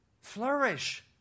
flourish